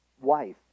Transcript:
wife